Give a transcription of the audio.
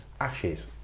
ashes